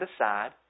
aside